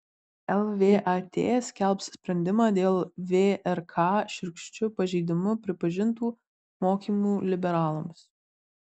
lvat skelbs sprendimą dėl vrk šiurkščiu pažeidimu pripažintų mokymų liberalams